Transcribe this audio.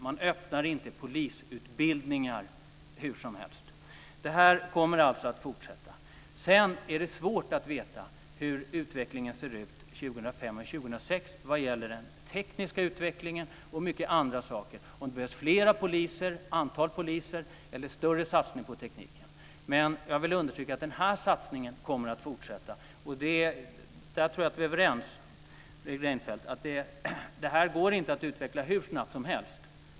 Man startar inte polisutbildningar hur som helst. Det kommer att fortsätta. Sedan är det svårt att veta hur det ser ut 2005 och 2006 vad gäller t.ex. den tekniska utvecklingen. Det är svårt att veta om det behövs fler poliser eller en större satsning på teknik. Men jag vill understryka att denna satsning kommer att fortsätta. Jag tror att Fredrik Reinfeldt och jag är överens om att det inte går att utveckla hur snabbt som helst.